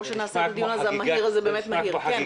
או שנעשה את הדיון המהיר הזה באמת מהיר?